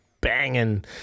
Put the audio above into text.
banging